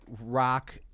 rock